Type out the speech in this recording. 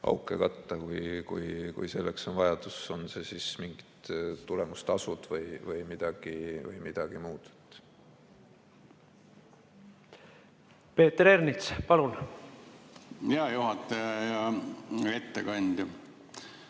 auke katta, kui selleks on vajadus, on see siis mingid tulemustasud või midagi muud. Peeter Ernits, palun! Peeter